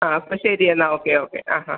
ആ അപ്പോൾ ശരി എന്നാൽ ഓക്കെ ഓക്കെ ആ ആ